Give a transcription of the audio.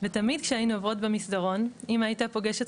ותמיד כשהיינו עוברים במסדרון אמא הייתה פוגשת